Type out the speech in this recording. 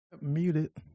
Muted